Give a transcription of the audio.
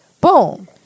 Boom